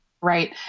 Right